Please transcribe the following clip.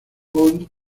bond